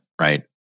right